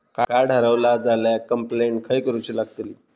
Card हरवला झाल्या complaint खय करूची लागतली?